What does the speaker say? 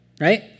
right